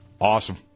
Awesome